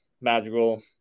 Magical